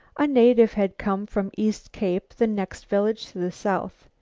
a native had come from east cape, the next village to the south.